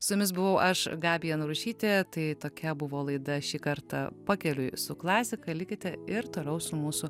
su jumis buvau aš gabija narušytė tai tokia buvo laida šį kartą pakeliui su klasika likite ir toliau su mūsų